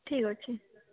ଠିକ୍ ଅଛି